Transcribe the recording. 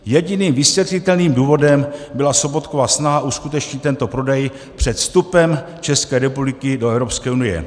Jediným vysvětlitelným důvodem byla Sobotkova snaha uskutečnit tento prodej před vstupem České republiky do Evropské unie.